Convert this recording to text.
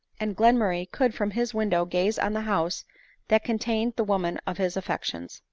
and gleamurray could from his window gaze on the house that contained the woman of his af fections.